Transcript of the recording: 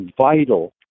vital